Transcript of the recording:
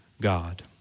God